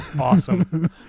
awesome